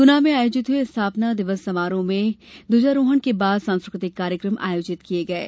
गुना में आयोजित हुए स्थापना दिवस समारोह में ध्वजारोहण के बाद सांस्कृतिक कार्यक्रम आयोजित किये गये